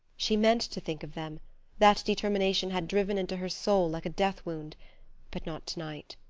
she meant to think of them that determination had driven into her soul like a death wound but not to-night.